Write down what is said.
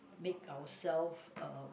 make ourself uh